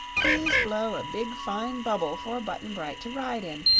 please blow a big, fine bubble for button-bright to ride in,